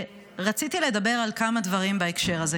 ורציתי לדבר על כמה דברים בהקשר הזה.